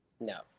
No